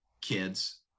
kids